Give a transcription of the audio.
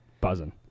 Buzzing